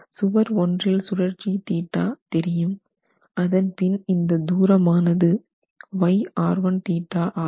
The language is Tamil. சுவர் 1 ஒன்றில் சுழற்சி θ தெரியும் அதன் பின் இந்த தூர மானது ஆகும்